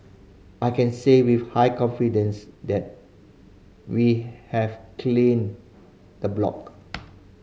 I can say with high confidence that we have cleaned the block